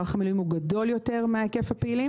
מערך המילואים הוא גדול יותר מהיקף הפעילים